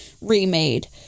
remade